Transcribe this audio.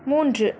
மூன்று